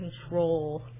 control